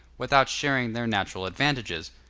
without sharing their natural advantages.